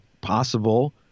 possible